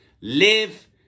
Live